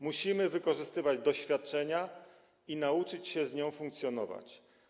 Musimy wykorzystywać doświadczenia i nauczyć się z tą chorobą funkcjonować.